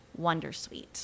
wondersuite